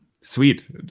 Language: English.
Sweet